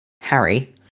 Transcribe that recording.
Harry